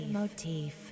motif